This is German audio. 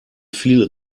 viel